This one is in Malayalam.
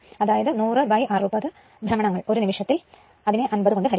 അതായത് 100 60 ഭ്രമണം ഒരു നിമിഷത്തിൽ 50 കൊണ്ട് ഹരികുക